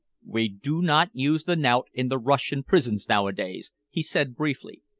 we do not use the knout in the russian prisons nowadays, he said briefly.